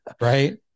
right